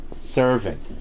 servant